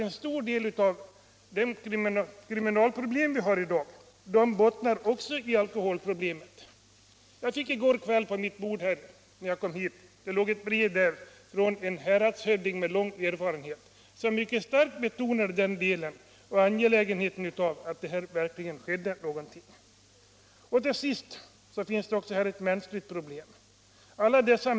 En stor del av de kriminalproblem vi har i dag bottnar också i alkoholmissbruket. När jag kom hit i går kväll låg det på mitt bord ett brev från en häradshövding med lång erfarenhet. Han pekade just på detta förhållande och betonade mycket kraftigt angelägenheten av att här verkligen görs någonting. Emellertid finns här också ett mänskligt problem.